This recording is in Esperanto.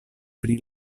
pri